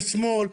לשמאל,